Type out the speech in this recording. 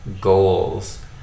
goals